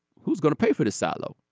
who's going to pay for the silo.